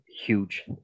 huge